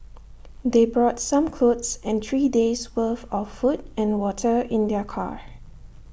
they brought some clothes and three days' worth of food and water in their car